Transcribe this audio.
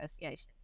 negotiation